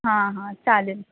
हां हां चालेल